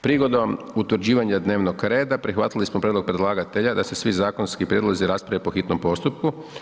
Prigodom utvrđivanja dnevnog reda, prihvatili smo prijedlog predlagatelja da se svi zakonski prijedlozi rasprave po hitnom postupku.